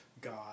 God